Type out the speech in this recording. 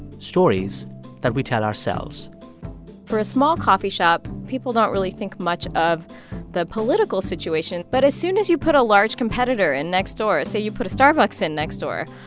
stories that we tell ourselves for a small coffee shop, people don't really think much of the political situation. but as soon as you put a large competitor in next door say, you put a starbucks in next door,